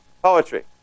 Poetry